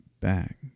Back